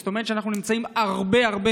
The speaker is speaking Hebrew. זאת אומרת שאנחנו נמצאים הרבה הרבה